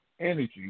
energy